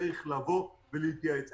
צריך לבוא ולהתייעץ.